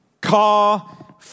Car